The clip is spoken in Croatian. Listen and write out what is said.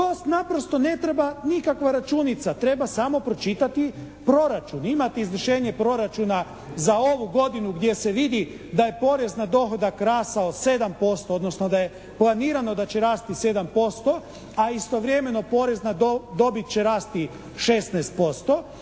To naprosto ne treba nikakva računica, treba samo pročitati proračun. Imate izvršenje proračuna za ovu godinu gdje se vidi da je porez na dohodak rastao 7% odnosno da je planirano da će rasti 7%, a istovremeno porez na dobit će rasti 16%